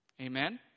Amen